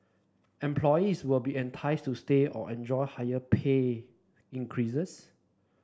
employees will be enticed to stay or enjoy higher pay increases